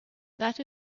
that